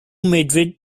madrid